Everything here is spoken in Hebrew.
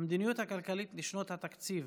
המדיניות הכלכלית לשנות התקציב